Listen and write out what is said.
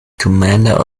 commander